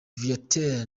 viateur